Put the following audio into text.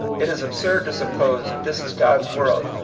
it is ab surd to suppose, if this is god's world,